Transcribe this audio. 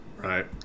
right